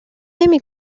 نمی